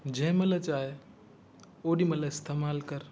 जंहिंमहिल चाहे ओॾीमहिल इस्तेमालु करु